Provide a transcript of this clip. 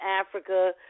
Africa